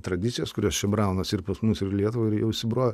tradicijas kurios čia braunasi ir pas mus ir į lietuvą jau įsibrovė